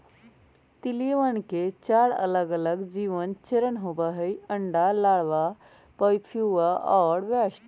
तितलियवन के चार अलगअलग जीवन चरण होबा हई अंडा, लार्वा, प्यूपा और वयस्क